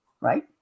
Right